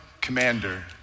commander